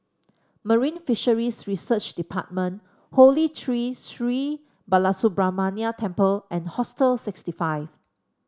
Marine Fisheries Research Department Holy Tree Sri Balasubramaniar Temple and Hostel sixty five